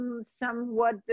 somewhat